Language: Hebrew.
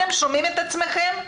אתם שומעים את עצמכם?